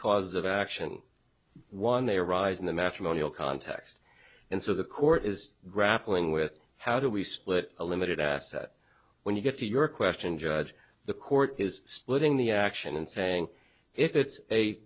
cause of action one they arise in the matrimonial context and so the court is grappling with how do we split a limited asset when you get to your question judge the court is splitting the action and saying it's a